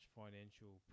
financial